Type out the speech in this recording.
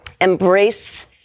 embrace